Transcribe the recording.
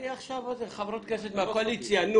חברת כנסת מהקואליציה.